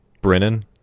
Brennan